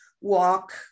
walk